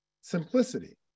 simplicity